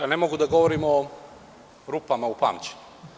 Ne mogu da govorim o rupama u pamćenju.